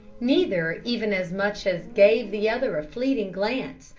neither even as much as gave the other a fleeting glance,